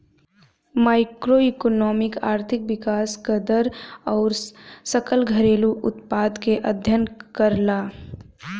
macroeconomics आर्थिक विकास क दर आउर सकल घरेलू उत्पाद क अध्ययन करला